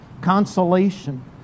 consolation